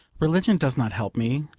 religion does not help me.